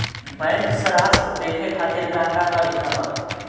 Bank सराश देखे खातिर का का तरीका बा?